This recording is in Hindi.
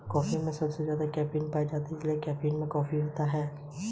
राष्ट्रीय खाद्य सुरक्षा मिशन के कारण रवीश के खेत की उर्वरता बढ़ी है